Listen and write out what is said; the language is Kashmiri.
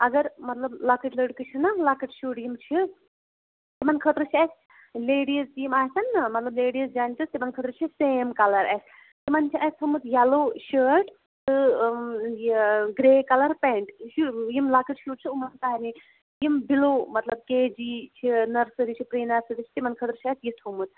اگر مطلب لۄکٕٹۍ لٔڑکہ چھِنا لۄکٕٹۍ شُرۍ یِم چھِ تِمَن خٲطرٕ چھِ اَسہِ لیڑیٖز یِم آسَن نا مطلب لیڑیٖز جینٹٕس تِمَن خٲطرٕ چھُ سیم کَلَر اَسہِ تِمَن چھِ اَسہِ تھٲمٕژ یَلو شٲٹ تہٕ گِرے کَلَر پٮ۪نٹ یہِ چھُ یِم یہِ لۄکٕٹۍ شُرۍ چھِ یِمَن سارنٕے یِم بِلیوٗ مطلب کے جی چھِ نَرسٕری چھِ پِری نَرسٕری چھِ تِمَن خٲطرٕ چھِ اَسہِ یہِ تھومُت